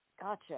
Gotcha